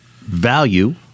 value